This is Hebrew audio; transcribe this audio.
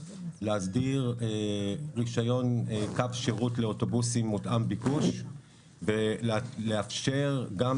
להסדיר רישיון קו שירות לאוטובוסים מותאם ביקוש ולאפשר גם